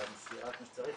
על ה --- כמו שצריך,